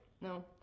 No